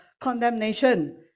condemnation